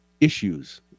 issues